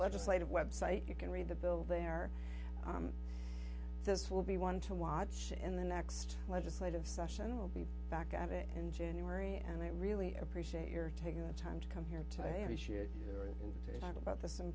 legislative website you can read the bill there on this will be one to watch in the next legislative session we'll be back at it in january and i really appreciate your taking the time to come here to any shit about this i